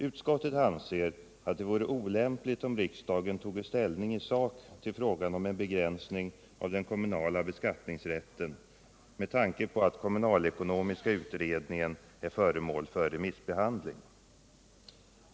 Utskottet anser att det vore olämpligt om riksdagen toge ställning i sak till frågan om en begränsning av den kommunala beskattningsrätten med tanke på att kommunalekonomiska utredningens betänkande är föremål för remissbehandling.